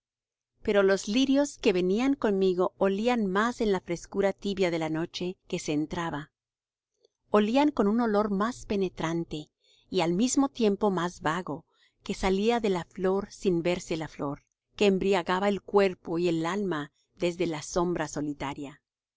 pero los lirios que venían conmigo olían más en la frescura tibia de la noche que se entraba olían con un olor más penetrante y al mismo tiempo más vago que salía de la flor sin verse la flor que embriagaba el cuerpo y el alma desde la sombra solitaria